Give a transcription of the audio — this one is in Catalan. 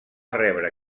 rebre